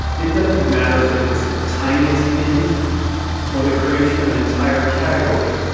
it doesn't matter if it's the tiniest hinge or the creation of an entire category.